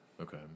okay